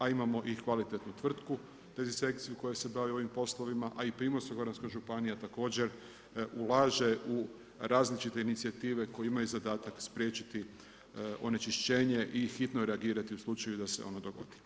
A imamo i kvalitetnu tvrtku za dezinsekciju koja se bavi ovim poslovima, a i Primorsko-goranska županija također ulaže u različite inicijative koje imaju zadatak spriječiti onečišćenje i hitno reagirati u slučaju da se ono dogodi.